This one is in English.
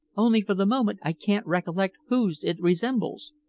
only for the moment i can't recollect whose it resembles.